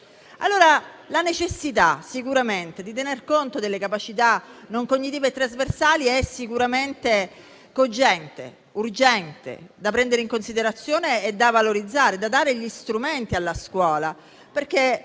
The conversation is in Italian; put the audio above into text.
La necessità di tener conto delle capacità non cognitive e trasversali è sicuramente cogente, urgente e da prendere in considerazione e valorizzare, dando gli strumenti alla scuola.